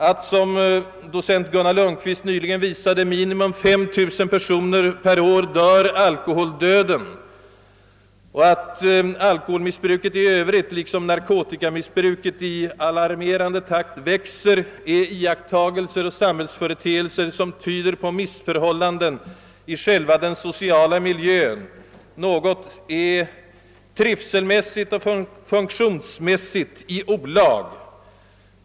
Att, såsom docent Gunnar Lundquist nyligen visade, minimum 5 000 personer per år dör alkoholdöden och att alkoholmissbruket i övrigt liksom narkotikamissbruket i alarmerande takt växer är iakttagelser och samhällsföreteelser som tyder på missförhållanden i själva den sociala miljön. Något är trivselmässigt och funktionsmässigt i olag.